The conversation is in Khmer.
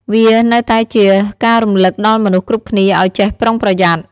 វានៅតែជាការរំឭកដល់មនុស្សគ្រប់គ្នាឱ្យចេះប្រុងប្រយ័ត្ន។